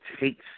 takes